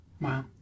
Wow